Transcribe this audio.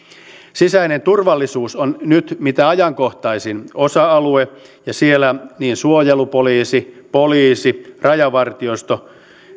sisäinen turvallisuus on nyt mitä ajankohtaisin osa alue ja siellä niin suojelupoliisi poliisi rajavartiosto